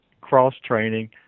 cross-training